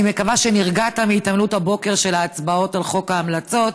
אני מקווה שנרגעת מהתעמלות הבוקר של ההצבעות על חוק ההמלצות.